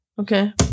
Okay